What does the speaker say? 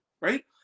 Right